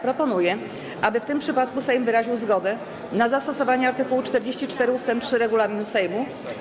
Proponuję, aby w tym przypadku Sejm wyraził zgodę na zastosowanie art. 44 ust. 3 regulaminu Sejmu.